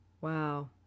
wow